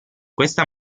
questa